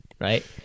right